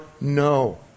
no